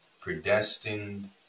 predestined